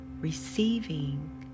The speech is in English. receiving